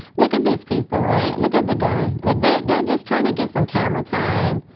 look at these people right look at the guy, like they're they're just trying to get some camera time.